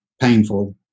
painful